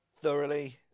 Thoroughly